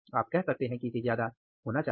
आप कह सकते हैं कि इसे ज्यादा होना चाहिए